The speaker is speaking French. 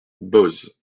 boz